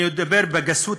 אני אדבר בגסות,